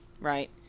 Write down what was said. right